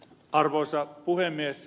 arvoisa puhemies